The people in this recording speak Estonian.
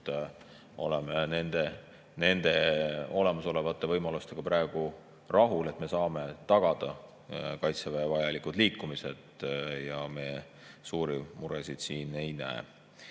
oleme nende olemasolevate võimalustega praegu rahul, et me saame tagada Kaitseväe vajalikud liikumised, ja me suuri muresid siin ei näe.